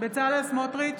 בצלאל סמוטריץ'